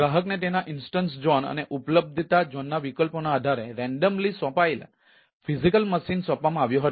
ગ્રાહકને તેના instance zone અને ઉપલબ્ધતા ઝોનના વિકલ્પોના આધારે રેન્ડમલી સોંપાયેલ ભૌતિક મશીનને સોંપવામાં આવ્યો હતો